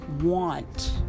want